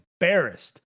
embarrassed